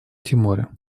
тиморе